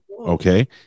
okay